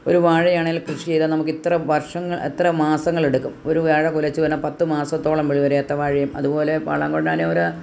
ഒരു വാഴയാണേൽ കൃഷി ചെയ്താൽ നമുക്കിത്ര വർഷങ്ങൾ എത്ര മാസങ്ങൾ എടുക്കും ഒരു വാഴ കുലച്ച് വരാൻ പത്ത് മാസത്തോളം ഒരു ഏത്തവാഴയും അതുപോലെ വളം ഇടാൻ ഒര്